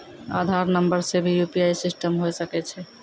आधार नंबर से भी यु.पी.आई सिस्टम होय सकैय छै?